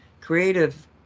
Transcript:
creative